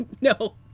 no